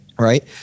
Right